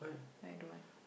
I don't want